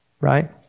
right